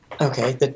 Okay